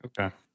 Okay